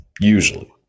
usually